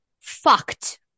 Fucked